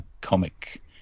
comic